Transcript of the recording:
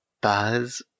buzz